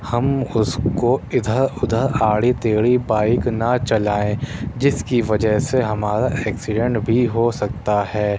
ہم اس کو ادھر ادھر آڑی ٹیڑھی بائک نہ چلائیں جس کی وجہ سے ہمارا ایکسڈینٹ بھی ہوسکتا ہے